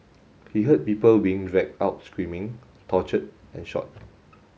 he heard people being dragged out screaming tortured and shot